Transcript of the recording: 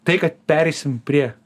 tai kad pereisim prie